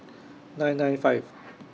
nine nine five